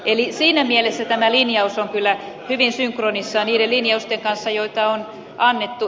eli siinä mielessä tämä linjaus on kyllä hyvin synkronissa niiden linjausten kanssa joita on annettu